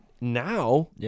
now